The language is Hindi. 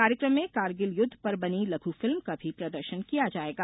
कार्यक्रम में कारगिल युद्ध पर बनी लघु फिल्म का भी प्रदर्शन किया जायेगा